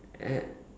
ya